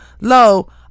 Lo